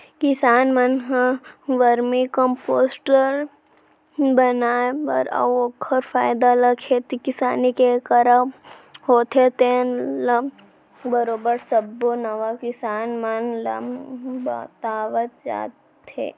किसान मन ह वरमी कम्पोस्ट बनाए बर अउ ओखर फायदा ल खेती किसानी के करब म होथे तेन ल बरोबर सब्बो नवा किसान मन ल बतावत जात हे